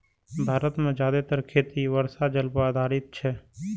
भारत मे जादेतर खेती वर्षा जल पर आधारित छै